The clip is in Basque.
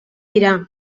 dira